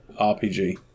RPG